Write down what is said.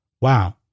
Wow